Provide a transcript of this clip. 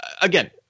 again